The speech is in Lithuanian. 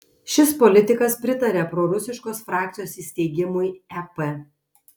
šis politikas pritaria prorusiškos frakcijos įsteigimui ep